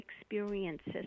experiences